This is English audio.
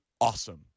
awesome